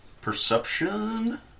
Perception